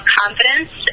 confidence